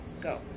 go